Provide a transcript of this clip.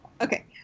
Okay